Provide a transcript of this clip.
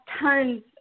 tons